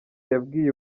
yabwiye